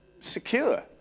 secure